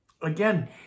again